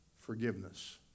forgiveness